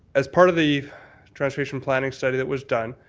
as part of the transportation planning study that was done,